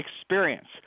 experience